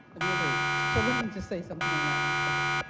any other so let me just say something on that one. okay.